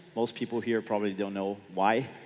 most people here probably don't know why.